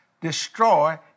destroy